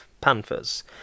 Panthers